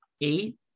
eight